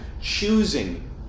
choosing